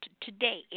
today